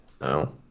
No